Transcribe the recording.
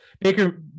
Baker